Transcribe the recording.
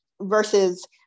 versus